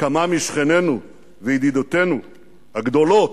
כמה משכנינו, וידידותינו הגדולות,